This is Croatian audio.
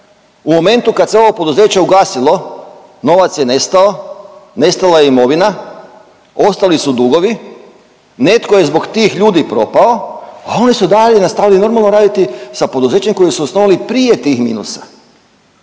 U momentu kad se ovo poduzeće ugasilo novac je nestao, nestala je imovina, ostali su dugovi. Netko je zbog tih ljudi propao, a oni su dalje nastavili normalno raditi sa poduzećem koje su osnovali prije tih minusa.